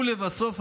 ולבסוף,